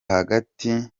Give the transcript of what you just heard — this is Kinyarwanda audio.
hagati